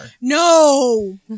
No